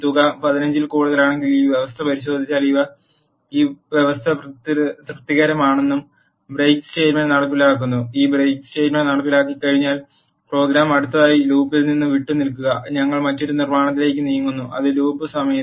തുക 15 ൽ കൂടുതലാണെങ്കിൽ ഈ വ്യവസ്ഥ പരിശോധിച്ചാൽ ഈ വ്യവസ്ഥ തൃപ്തികരമാണ് ബ്രേക്ക് സ്റ്റേറ്റ്മെന്റ് നടപ്പിലാക്കുന്നു ഈ ബ്രേക്ക് സ്റ്റേറ്റ്മെന്റ് നടപ്പിലാക്കിയുകഴിഞ്ഞാൽ പ്രോഗ്രാം അടുത്തതായി ലൂപ്പിൽ നിന്ന് വിട്ടുനിൽക്കുക ഞങ്ങൾ മറ്റൊരു നിർമ്മാണത്തിലേക്ക് നീങ്ങുന്നു അത് ലൂപ്പ് സമയത്ത്